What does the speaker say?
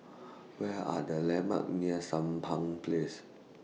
Where Are The landmarks near Sampan Place